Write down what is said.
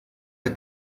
der